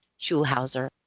Schulhauser